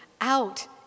out